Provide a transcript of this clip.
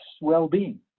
well-being